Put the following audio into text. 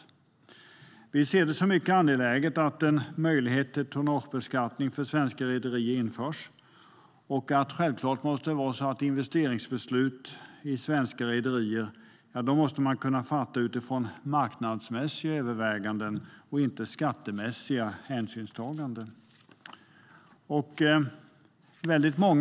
Vi ser det som mycket angeläget att tonnagebeskattning för svenska rederier införs. Självklart måste investeringsbeslut i svenska rederier fattas utifrån marknadsmässiga överväganden och inte skattemässiga hänsynstaganden. Herr talman!